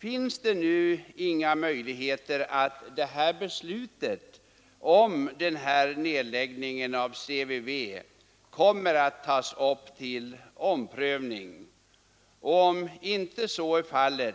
Finns det inga möjligheter att beslutet om nedläggningen av CVV kommer att tas upp till omprövning? 2. Om så inte är fallet,